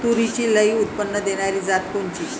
तूरीची लई उत्पन्न देणारी जात कोनची?